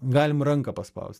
galim ranką paspaust